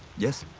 yes.